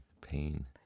pain